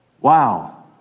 Wow